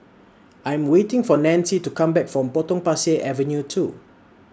I'm waiting For Nancy to Come Back from Potong Pasir Avenue two